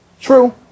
True